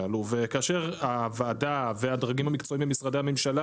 הללו וכאשר הוועדה והדרגים המקצועיים במשרדי הממשלה